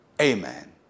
amen